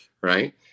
Right